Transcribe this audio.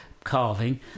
carving